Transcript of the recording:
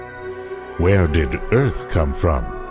where did earth come from?